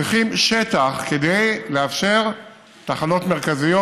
צריכים שטח כדי לאפשר תחנות מרכזיות,